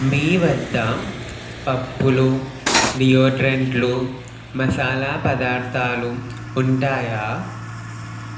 మీ వద్ద పప్పులు డియోడ్రెంట్లు మసాలా పదార్థాలు ఉంటాయా